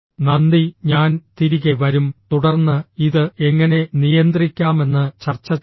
നന്ദി ഞാൻ തിരികെ വരും തുടർന്ന് ഇത് എങ്ങനെ നിയന്ത്രിക്കാമെന്ന് ചർച്ച ചെയ്യും